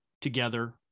together